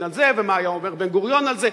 על זה ומה היה אומר בן-גוריון על זה,